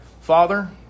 Father